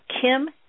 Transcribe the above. Kim